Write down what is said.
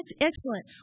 excellent